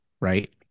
Right